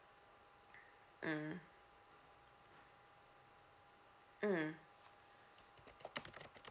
mm mm